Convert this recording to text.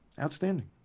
Outstanding